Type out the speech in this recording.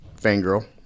fangirl